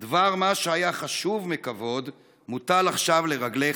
דבר מה שהיה חשוב מכבוד / מוטל עכשיו לרגליך,